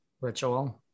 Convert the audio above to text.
ritual